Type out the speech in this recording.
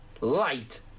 light